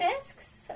discs